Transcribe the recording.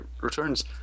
Returns